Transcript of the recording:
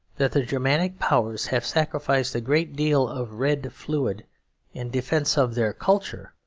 that the germanic powers have sacrificed a great deal of red fluid in defence of their culture,